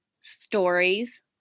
stories